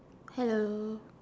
hello